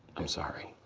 i'm sorry.